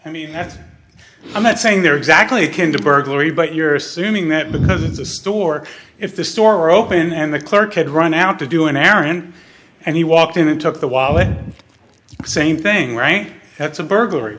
i mean i'm not saying there exactly kinda burglary but you're assuming that because it's a store if the store were open and the clerk had run out to do an errand and he walked in and took the wallet same thing right that's a burglary